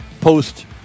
post